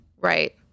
Right